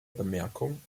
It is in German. bemerkung